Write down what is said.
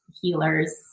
healers